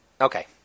Okay